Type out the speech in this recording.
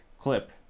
clip